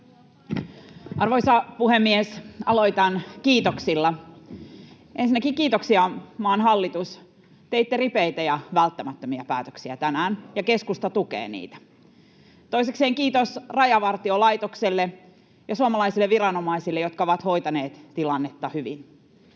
Arvoisa puhemies! Aloitan kiitoksilla. Ensinnäkin kiitoksia, maan hallitus: teitte ripeitä ja välttämättömiä päätöksiä tänään, ja keskusta tukee niitä. Toisekseen kiitos Rajavartiolaitokselle ja suomalaisille viranomaisille, jotka ovat hoitaneet tilannetta hyvin.